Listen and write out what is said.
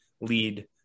lead